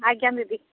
ଆଜ୍ଞା ଦିଦି